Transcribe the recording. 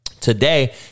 today